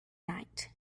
night